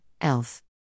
Elf